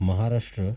Maharashtra